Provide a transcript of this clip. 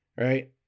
Right